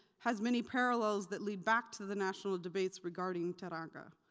has many parallels that lead back to the national debates regarding teranga.